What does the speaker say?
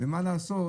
ומה לעשות,